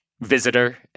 visitor